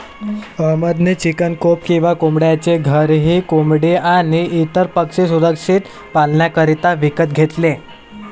अहमद ने chicken coop किंवा कोंबड्यांचे घर ही कोंबडी आणी इतर पक्षी सुरक्षित पाल्ण्याकरिता विकत घेतले